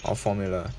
or formula